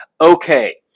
Okay